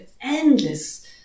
endless